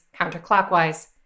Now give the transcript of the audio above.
counterclockwise